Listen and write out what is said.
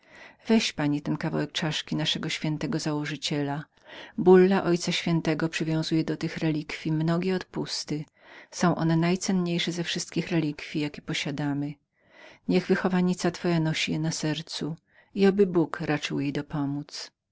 weź pani ten kawałek czaszki naszego świętego założyciela bulla ojca świętego przywiązuje do tych relikwji mnogie odpusty i skuteczniejszych żadnych nie mamy niech wychowanica twoja nosi je na sercu i oby bóg raczył jej dopomódz